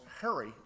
hurry